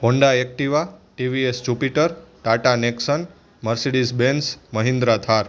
Honda Activa TVS Jupiter Tata Nexon Mercedes Benz Mahindra Thar